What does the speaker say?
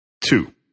Two